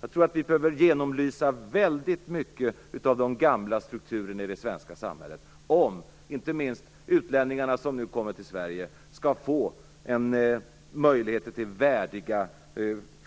Jag tror att vi behöver genomlysa väldigt mycket av de gamla strukturerna i det svenska samhället om inte minst de utlänningar som nu kommer till Sverige skall få möjligheter till värdiga